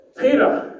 Peter